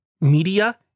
media